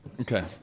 Okay